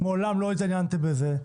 מעולם לא התעניינתם בזה,